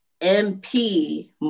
MP